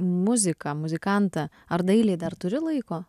muziką muzikantą ar dailei dar turi laiko